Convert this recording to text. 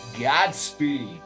Godspeed